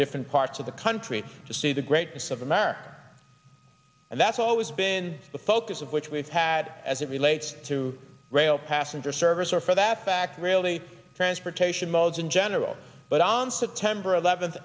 different parts of the country to see the greatness of america and that's always been the focus of which we've had as it relates to rail passenger service or for that fact really transportation modes in general but on september eleventh